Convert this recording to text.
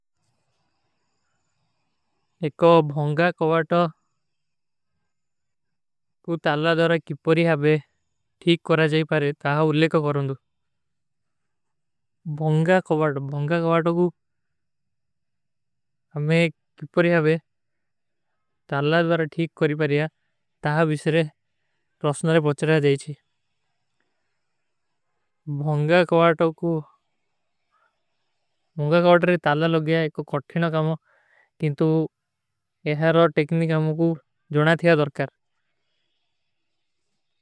ଏକ ଭୌଂଗା କଵାଟ କୋ ତାଲା ଦୋରା କିପପରୀ ହାବେ ଠୀକ କରା ଜାଈ ପାରେ, ତହାଂ ଉଲ୍ଲେ କୋ କରୂଂଦୁ। ଭୌଂଗା କଵାଟ, ଭୌଂଗା କଵାଟ କୋ ହମେଂ କିପପରୀ ହାବେ ତାଲା ଦୋରା ଠୀକ କରୀ ପାରେ, ତହାଂ ଵିଶ୍ରେ ରସ୍ନୋରେ ପହୁଚରା ଜାଈଛୀ। ଭୌଂଗା କଵାଟ, ଭୌଂଗା କଵାଟ କୋ ତାଲା ଦୋରା କିପରୀ ହାବେ ଠୀକ କରୀ ପାରେ, ତହାଂ ଉଲ୍ଲେ କୋ କରୂଂଦୁ।